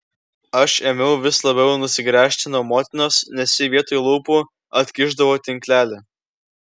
aš ėmiau vis labiau nusigręžti nuo motinos nes ji vietoj lūpų atkišdavo tinklelį